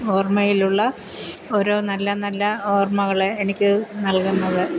ഓർമ്മയിലുള്ള ഓരോ നല്ല നല്ല ഓർമ്മകളെ എനിക്ക് നൽകുന്നത്